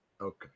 Okay